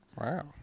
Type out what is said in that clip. Wow